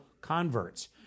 converts